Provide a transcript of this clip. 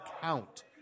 count